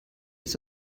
ist